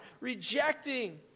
rejecting